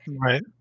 Right